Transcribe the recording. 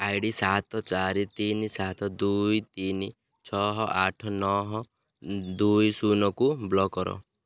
I D ସାତ ଚାରି ତିନି ସାତ ଦୁଇ ତିନି ଛଅ ଆଠ ନଅ ଦୁଇ ଶୂନକୁ ବ୍ଲକ୍ କର